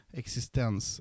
existens